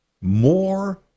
more